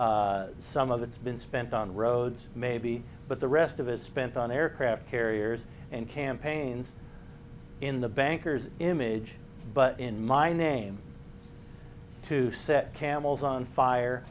grade some of it's been spent on roads maybe but the rest of it spent on aircraft carriers and campaigns in the banker's image but in my name to set camels on fire